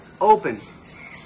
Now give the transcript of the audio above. open